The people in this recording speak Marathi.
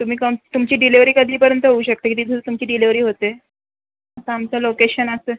तुम्ही कं तुमची डिलेवरी कधीपर्यंत होऊ शकते किती दिवस तुमची डिलेवरी होते आता आमचं लोकेशन असं